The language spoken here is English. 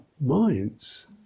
minds